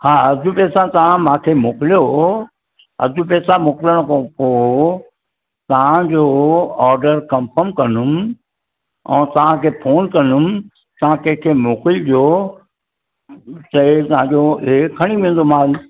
हा अधु पैसा तव्हां मूंखे मोकिलियो अधु पैसा मोकिलण खां पोइ तव्हांजो ऑर्डर कन्फ़म कंदुमि ऐं तव्हांखे फ़ोन कंदुमि तव्हां कंहिंखे मोकिलिजो जंहिं तव्हांजो इहो खणी वेंदो माल